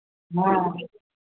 हाँ